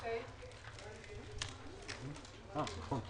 הישיבה ננעלה בשעה 12:15.